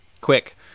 quick